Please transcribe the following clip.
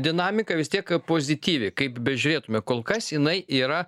dinamika vis tiek pozityvi kaip bežiūrėtume kol kas jinai yra